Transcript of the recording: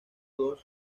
dos